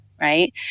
right